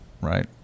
Right